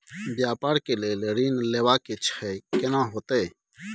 व्यापार के लेल ऋण लेबा छै केना होतै?